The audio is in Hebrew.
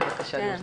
בבקשה גברתי.